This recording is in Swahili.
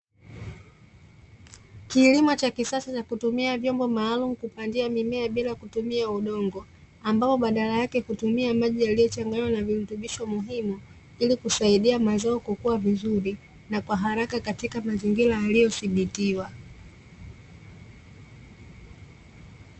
Kilimo cha kisasa cha kutumia vyombo maalumu kupandia mimea bila kutumia udongo, ambapo badala yake kutumia maji yaliyochanganywa na virutubisho muhimu ili kusaidia mazao kukua vizuri na kwa haraka katika mazingira yaliyodhibitiwa.